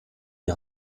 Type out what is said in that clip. die